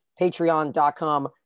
patreon.com